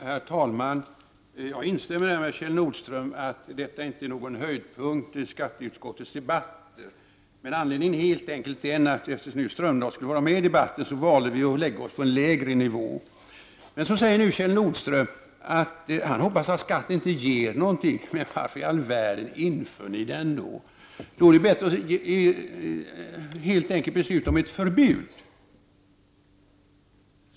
Herr talman! Jag instämmer med Kjell Nordström i att detta inte är någon höjdpunkt i skatteutskottets debatt. Anledningen är helt enkelt den, att eftersom nu Jan Strömdahl skulle vara med i debatten, så valde vi att lägga oss på en lägre nivå. Nu säger Kjell Nordström att han hoppas att skatten inte ger någonting. Varför i all världen inför ni den då? Då är det helt enkelt bättre att besluta om ett förbud.